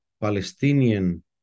Palestinian